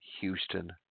Houston